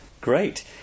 great